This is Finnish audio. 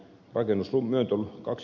rakennus lumentulo kaks